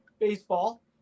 baseball